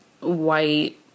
white